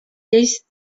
lleis